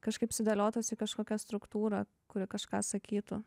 kažkaip sudėliotos į kažkokią struktūrą kuri kažką sakytų